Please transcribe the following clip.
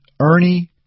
Ernie